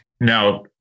Now